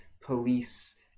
police